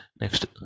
next